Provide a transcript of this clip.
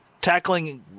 tackling